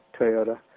Toyota